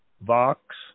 Vox